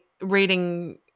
reading